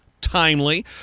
Timely